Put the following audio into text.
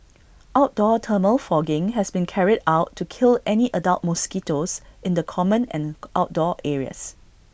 outdoor thermal fogging has been carried out to kill any adult mosquitoes in the common and outdoor areas